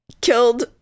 killed